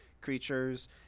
creatures